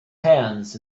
hands